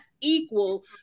equal